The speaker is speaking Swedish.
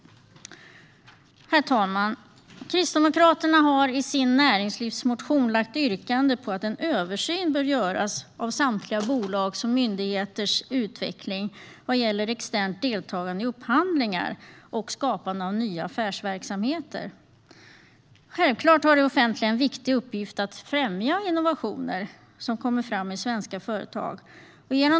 Herr talman! Kristdemokraterna har i sin näringslivsmotion lagt ett yrkande på att en översyn bör göras av samtliga statliga bolags och myndigheters utveckling vad gäller externt deltagande i upphandlingar och skapande av nya affärsverksamheter. Självklart har det offentliga en viktig uppgift i att främja innovationer som kommer fram i svenska företag.